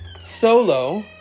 solo